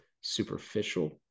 superficial